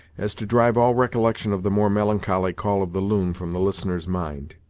as to drive all recollection of the more melancholy call of the loon from the listener's mind.